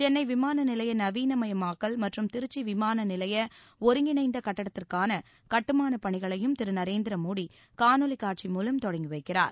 சென்னை விமான நிலைய நவீனமயமாக்கல் மற்றும் திருச்சி விமான நிலைய ஒருங்கிணைந்த கட்டடத்திற்கான கட்டுமானப் பணிகளையும் திரு நரேந்திர மோடி காணொலி காட்சி மூலம் தொடங்கி வைக்கிறார்